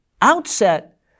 outset